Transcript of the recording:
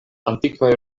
antikvaj